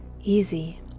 Easy